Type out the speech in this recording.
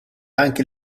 anche